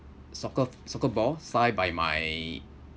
soccer soccer ball signed by my